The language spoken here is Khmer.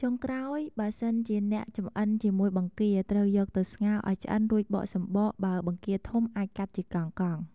ចុងក្រោយ បើសិនជាអ្នកចម្អិនជាមួយបង្គា ត្រូវយកទៅស្ងោរឱ្យឆ្អិនរួចបកសំបក បើបង្គាធំអាចកាត់ជាកង់ៗ។